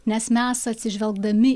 nes mes atsižvelgdami